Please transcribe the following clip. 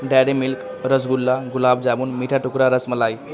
dairy milk rasgulla gulab jamun میٹھا ٹکڑا رس ملائی